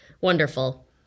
wonderful